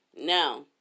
Now